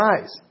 eyes